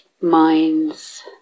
minds